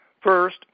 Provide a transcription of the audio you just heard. First